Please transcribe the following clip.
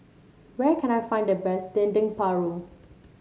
where can I find the best Dendeng Paru